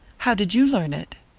how did you learn it?